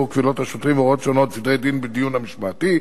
בירור קבילות השוטרים והוראות שונות) (סדרי דין בדיון המשמעתי),